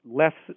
less